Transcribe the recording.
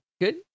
Good